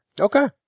Okay